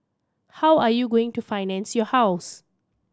how are you going to finance your house